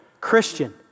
Christian